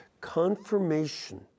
Confirmation